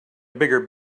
bigger